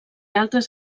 altres